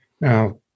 Now